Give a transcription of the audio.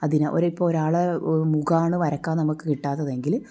അതിനെ ഇപ്പോൾ ഒരാളുടെ മുഖമാണ് വരക്കാൻ നമുക്ക് കിട്ടാത്തതെങ്കിൽ